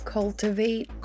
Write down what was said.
Cultivate